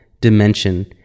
dimension